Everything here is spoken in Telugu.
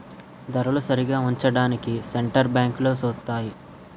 ధరలు సరిగా ఉంచడానికి సెంటర్ బ్యాంకులు సూత్తాయి